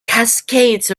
cascades